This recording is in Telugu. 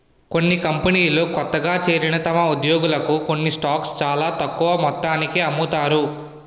కొన్ని కంపెనీలు కొత్తగా చేరిన తమ ఉద్యోగులకు కొన్ని స్టాక్స్ చాలా తక్కువ మొత్తానికి అమ్ముతారు